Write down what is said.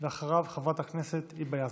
ואחריו, חברת הכנסת היבה יזבק.